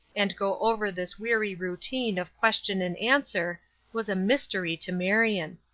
and go over this weary routine of question and answer was a mystery to marion.